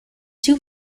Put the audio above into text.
two